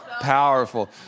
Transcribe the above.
powerful